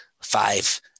five